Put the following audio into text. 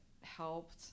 helped